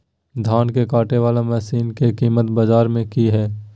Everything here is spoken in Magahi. धान के कटे बाला मसीन के कीमत बाजार में की हाय?